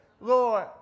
Lord